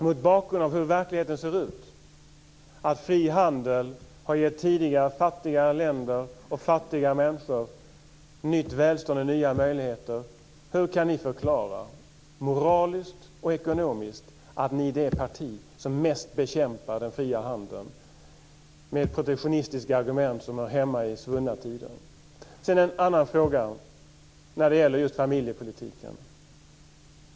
Mot bakgrund av hur verkligheten ser ut - att fri handel har gett tidigare fattiga länder och fattiga människor nytt välstånd och nya möjligheter - skulle jag vilja fråga Matz Hammarström hur ni moraliskt och ekonomiskt kan förklara att ni är det parti som mest bekämpar den fria handeln med protektionistiska argument som hör hemma i svunna tider. Sedan har jag en annan fråga som gäller familjepolitiken.